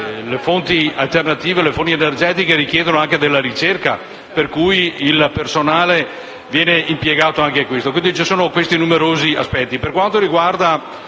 Le fonti alternative energetiche richiedono infatti ricerca. Per cui, il personale viene impiegato anche in questo. Ci sono questi numerosi aspetti.